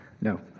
No